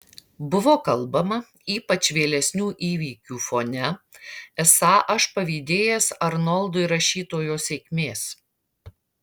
buvo kalbama ypač vėlesnių įvykių fone esą aš pavydėjęs arnoldui rašytojo sėkmės